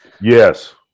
Yes